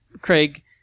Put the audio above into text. Craig